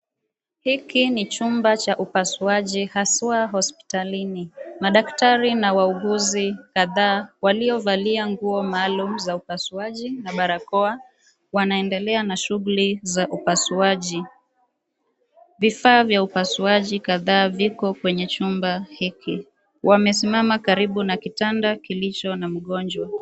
Hiki ni chumba cha upasuaji haswaa hospitalini. Madaktari na wauguzi kadhaa waliovalia nguo maalum za upasuaji na barakoa wanaendelea na shughuli za upasuaji. Vifaa vya upasuaji kadhaa viko kwenye chumba hiki .Wamesimama karibu na kitanda kilicho na mgonjwa.